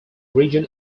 region